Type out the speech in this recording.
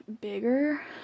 bigger